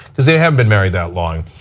because they haven't been married that long,